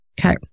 okay